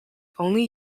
only